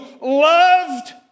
loved